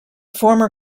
former